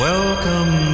Welcome